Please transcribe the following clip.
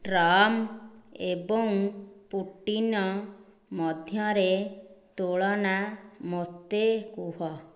Trump ଏବଂ Putin ମଧ୍ୟରେ ତୁଳନା ମୋତେ କୁହ